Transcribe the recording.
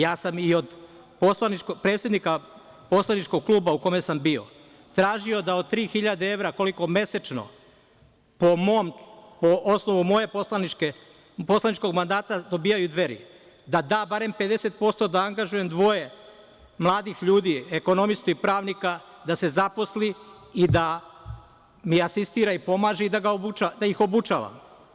Ja sam i od predsednika poslaničkog kluba u kome sam bio tražio da od 3.000 evra koliko mesečno po osnovu moje poslaničkog mandata dobijaju Dveri da da barem 50% da angažujem dvoje mladih ljudi, ekonomistu i pravnika, da se zaposle i da mi asistiraju i pomažu i da ih obučavam.